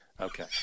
Okay